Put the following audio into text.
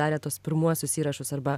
darė tuos pirmuosius įrašus arba